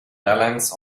balance